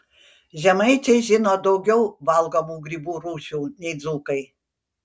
žemaičiai žino daugiau valgomų grybų rūšių nei dzūkai